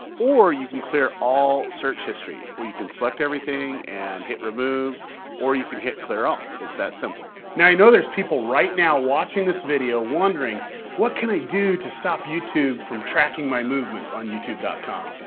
or you can clear all search history, where you can select everything, and hit remove or you can hit clear all, it's that simple. now i know there's people right now watching this video wondering what can i do to stop youtube from tracking my movements on youtube com?